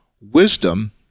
Wisdom